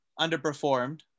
underperformed